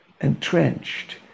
entrenched